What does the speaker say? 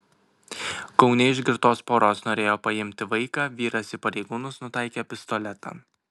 kaune iš girtos poros norėjo paimti vaiką vyras į pareigūnus nutaikė pistoletą